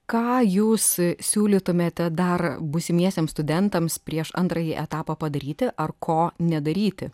ką jūs siūlytumėte dar būsimiesiems studentams prieš antrąjį etapą padaryti ar ko nedaryti